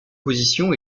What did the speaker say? position